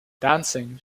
dancing